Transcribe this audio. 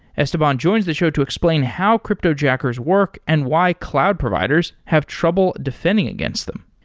esteban joins the show to explain how cryptojackers work and why cloud providers have trouble defending against them.